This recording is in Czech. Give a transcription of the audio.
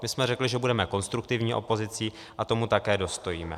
My jsme řekli, že budeme konstruktivní opozicí, a tomu také dostojíme.